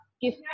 give